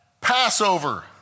Passover